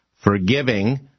forgiving